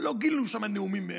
לא גילו שם נאומים,